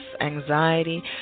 anxiety